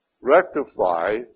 rectify